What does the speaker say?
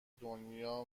دنیا